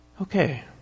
Okay